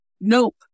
Nope